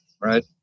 right